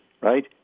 right